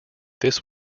this